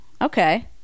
okay